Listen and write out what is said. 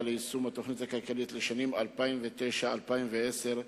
ליישום התוכנית הכלכלית לשנים 2009 ו-2010),